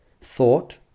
thought